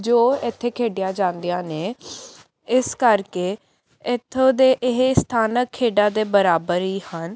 ਜੋ ਇੱਥੇ ਖੇਡੀਆਂ ਜਾਦੀਆਂ ਨੇ ਇਸ ਕਰਕੇ ਇੱਥੋਂ ਦੇ ਇਹ ਸਥਾਨਕ ਖੇਡਾਂ ਦੇ ਬਰਾਬਰ ਹੀ ਹਨ